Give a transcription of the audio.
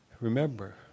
Remember